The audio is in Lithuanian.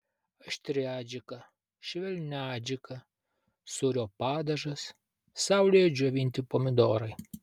aštri adžika švelni adžika sūrio padažas saulėje džiovinti pomidorai